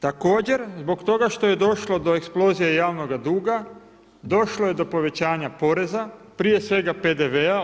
Također, zbog toga što je došlo do eksplozije javnog duga, došlo je do povećanja poreza, prije svega PDV-a.